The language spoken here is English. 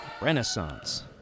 renaissance